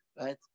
right